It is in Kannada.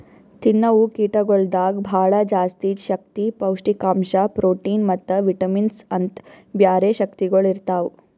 ತಿನ್ನವು ಕೀಟಗೊಳ್ದಾಗ್ ಭಾಳ ಜಾಸ್ತಿ ಶಕ್ತಿ, ಪೌಷ್ಠಿಕಾಂಶ, ಪ್ರೋಟಿನ್ ಮತ್ತ ವಿಟಮಿನ್ಸ್ ಅಂತ್ ಬ್ಯಾರೆ ಶಕ್ತಿಗೊಳ್ ಇರ್ತಾವ್